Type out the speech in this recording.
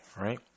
right